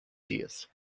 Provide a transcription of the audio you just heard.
dias